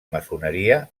maçoneria